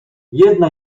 jedna